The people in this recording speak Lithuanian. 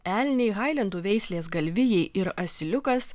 elniai hailendų veislės galvijai ir asiliukas